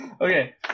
Okay